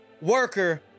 worker